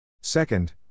Second